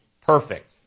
perfect